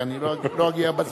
אני לא אגיע בזמן.